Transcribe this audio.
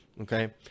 okay